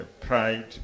pride